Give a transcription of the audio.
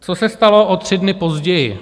Co se stalo o tři dny později?